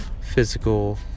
physical